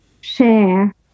share